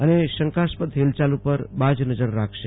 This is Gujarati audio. અને શંકાસ્પદ હિલચાલ ઉપર લાજ નજર રાખશે